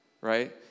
right